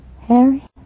Harry